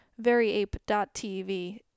veryape.tv